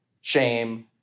shame